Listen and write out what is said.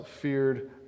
feared